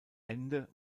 ende